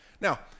Now